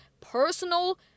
personal